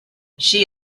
she